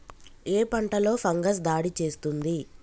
ఏ పంటలో ఫంగస్ దాడి చేస్తుంది?